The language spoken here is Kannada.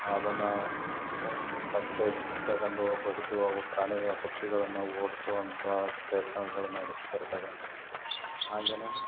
ಅದನ್ನು ಒಂದು ತಟ್ಟೆ ತಗೊಂಡು ಬಡಿದು ಅವು ಪ್ರಾಣಿ ಪಕ್ಷಿಗಳನ್ನು ಓಡ್ಸುವಂಥ ಪ್ರಯತ್ನಗಳು ನಡೆಸ್ತಿರ್ತವೆ ಹಾಗೆಯೇ